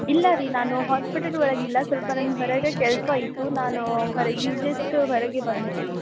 ಇಲ್ಲ ರೀ ನಾನು ಹಾಸ್ಪಿಟಲ್ ಒಳಗೆ ಇಲ್ಲ ಸ್ವಲ್ಪ ನಂಗೆ ಹೊರಗೆ ಕೆಲಸ ಇತ್ತು ನಾನೂ ಹೊರಗೆ ಈಗ ಜಸ್ಟ್ ಹೊರಗೆ ಬಂದೆ ನಾನು